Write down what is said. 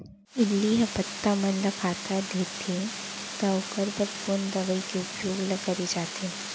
इल्ली ह पत्ता मन ला खाता देथे त ओखर बर कोन दवई के उपयोग ल करे जाथे?